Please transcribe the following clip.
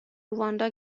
رواندا